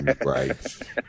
Right